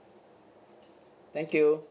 thank you